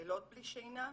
לילות בלי שינה.